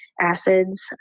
acids